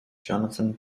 jonathan